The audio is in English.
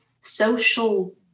social